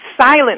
silent